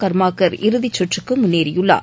கர்மாகர் இறுதிச்சுற்றுக்கு முன்னேறியுள்ளார்